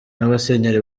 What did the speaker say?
n’abasenyeri